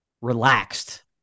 relaxed